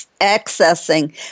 accessing